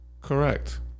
Correct